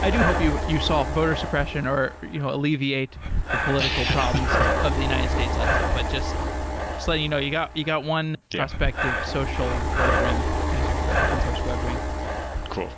i do hope you you solve voter suppression or you know alleviate the political problems of the united states also. but just just letting you know, you got you got one prospective social webring user here, open source webring cool.